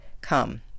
come